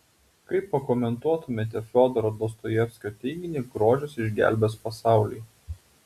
kaip pakomentuotumėte fiodoro dostojevskio teiginį grožis išgelbės pasaulį